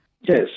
Yes